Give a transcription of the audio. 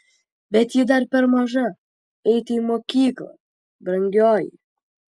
bet ji dar per maža eiti į mokyklą brangioji